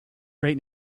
right